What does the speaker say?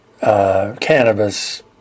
cannabis